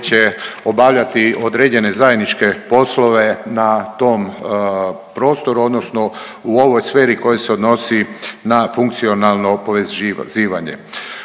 će obavljati određene zajedničke poslove na tom prostoru odnosno u ovoj sferi koja se odnosi na funkcionalno povezivanje.